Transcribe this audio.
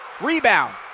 Rebound